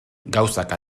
gauzak